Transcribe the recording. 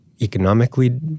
economically